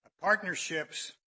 Partnerships